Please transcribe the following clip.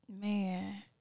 Man